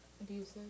Abusive